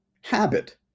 Habit